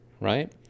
right